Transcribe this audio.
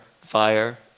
fire